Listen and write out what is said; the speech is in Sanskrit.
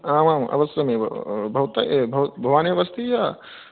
आम् आम् अवश्यमेव भवता भवान् एव अस्ति या